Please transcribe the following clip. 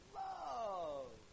love